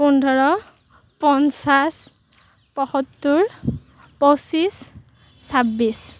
পোন্ধৰ পঞ্চাছ পয়সত্তৰ পঁছিচ ছাব্বিছ